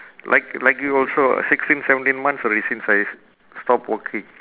like like you also sixteen seventeen months already since I stop working